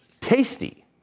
Tasty